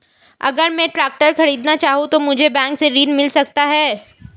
अगर मैं ट्रैक्टर खरीदना चाहूं तो मुझे बैंक से ऋण मिल सकता है?